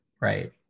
Right